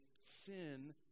sin